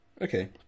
Okay